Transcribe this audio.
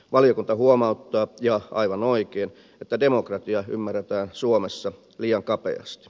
valiokunta huomauttaa aivan oikein että demokratia ymmärretään suomessa liian kapeasti